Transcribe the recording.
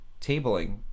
tabling